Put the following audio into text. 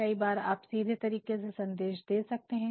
कई बार आप सीधे तरीके से संदेश दे सकते हैं